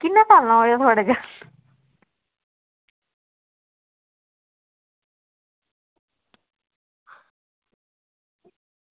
किन्ने सालें दा होया थुआढ़ा जागत